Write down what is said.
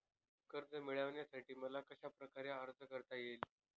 कर्ज मिळविण्यासाठी मला कशाप्रकारे अर्ज करता येईल?